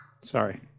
Sorry